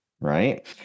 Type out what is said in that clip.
right